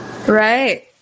right